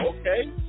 okay